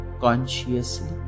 consciously